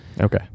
Okay